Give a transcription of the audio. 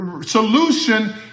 solution